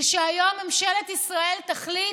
ושהיום ממשלת ישראל תחליט,